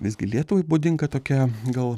visgi lietuvai būdinga tokia gal